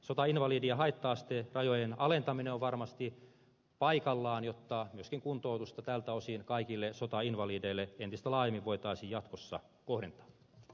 sotainvalidien haitta asterajojen alentaminen on varmasti paikallaan jotta myöskin kuntoutusta tältä osin kaikille sotainvalideille entistä laajemmin voitaisiin jatkossa kohdentaa a